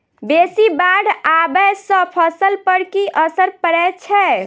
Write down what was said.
बेसी बाढ़ आबै सँ फसल पर की असर परै छै?